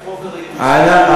הבאתם את חוק הריכוזיות, סליחה,